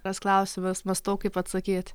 tas klausimas mąstau kaip atsakyt